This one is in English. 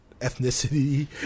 ethnicity